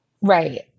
Right